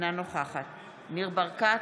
אינה נוכחת ניר ברקת,